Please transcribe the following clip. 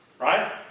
Right